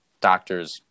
doctors